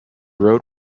road